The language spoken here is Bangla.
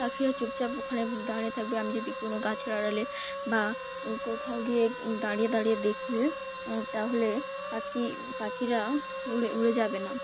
পাখিরা চুপচাপ ওখানে দাঁড়িয়ে থাকবে আমি যদি কোনো গাছের আড়ালে বা কোথাও গিয়ে দাঁড়িয়ে দাঁড়িয়ে দেখি তাহলে পাখি পাখিরা উড়ে উড়ে যাবে না